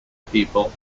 people